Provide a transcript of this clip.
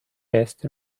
best